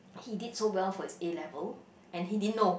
he did so well for his A-level and he didn't know